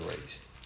raised